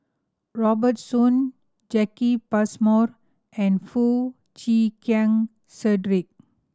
Robert Soon Jacki Passmore and Foo Chee Keng Cedric